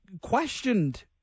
questioned